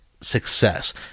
success